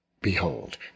Behold